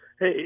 hey